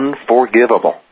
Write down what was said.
unforgivable